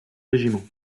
régiments